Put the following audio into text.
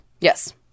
yes